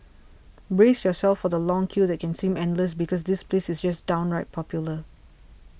brace yourself for the long queue that can seem endless because this place is just downright popular